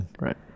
right